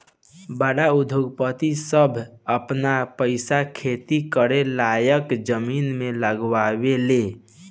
बड़ उद्योगपति सभ आपन पईसा खेती करे लायक जमीन मे लगावे ले